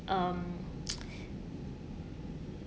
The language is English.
um